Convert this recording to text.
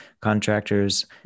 contractors